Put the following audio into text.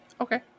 Okay